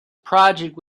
project